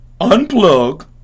Unplug